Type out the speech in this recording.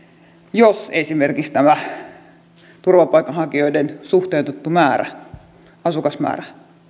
jos esimerkiksi tämä turvapaikanhakijoiden suhteutettu asukasmäärä